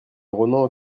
ronan